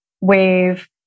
wave